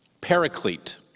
paraclete